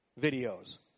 videos